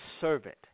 servant